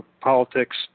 politics